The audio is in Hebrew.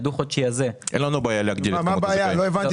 והדו-חודשי הזה --- אין לנו בעיה להגדיל את מספר הזכאים.